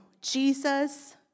Jesus